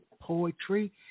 poetry